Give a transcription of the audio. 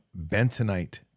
Bentonite